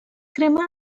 crema